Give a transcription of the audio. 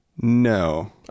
No